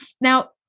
Now